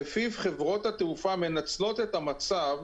לפיהם חברות התעופה מנצלות את המצב,